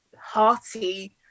hearty